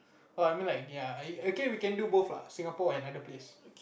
oh I mean like ya I okay we can do both lah Singapore and other place